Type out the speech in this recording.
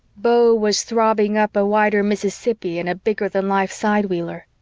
beau was throbbing up a wider mississippi in a bigger-than-life sidewheeler.